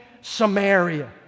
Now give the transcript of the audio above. Samaria